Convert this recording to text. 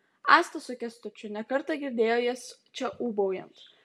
asta su kęstučiu ne kartą girdėjo jas čia ūbaujant